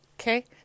Okay